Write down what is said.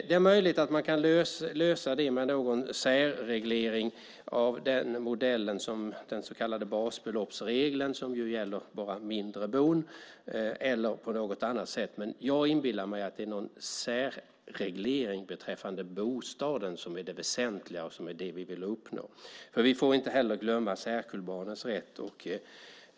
Det är möjligt att man kan lösa det med någon särreglering av en modell som liknar den så kallade basbeloppsregeln som bara gäller mindre bon eller på något annat sätt. Jag inbillar mig att det är en särreglering beträffande bostaden som är det väsentliga och det vi vill uppnå. Vi får inte heller glömma särkullbarnens rätt.